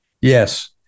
Yes